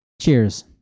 Cheers